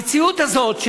המציאות הזאת,